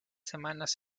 semanas